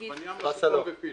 עגבנייה, מלפפון ופלפל.